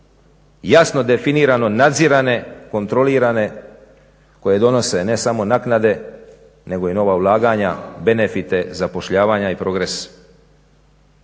jasno definirano nadzirane, kontrolirane, koje donose ne samo naknade, nego i nova ulaganja, benefite, zapošljavanja i progres.